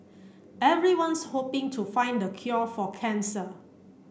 everyone's hoping to find the cure for cancer